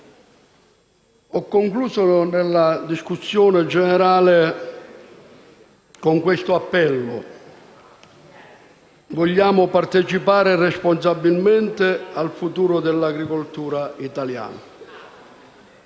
mio intervento in discussione generale con il seguente appello: vogliamo partecipare responsabilmente al futuro dell'agricoltura italiana.